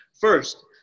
First